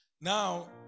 Now